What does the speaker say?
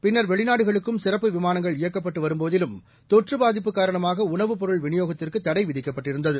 பின்னர் வெளிநாடுகளுக்கும் சிறப்பு விமானங்கள் இயக்கப்பட்டு வரும்போதிலும் தொற்று பாதிப்பு காரணமாக உணவுப் பொருள் விநியோகத்திற்கு தடை விதிக்கப்பட்டிருந்தது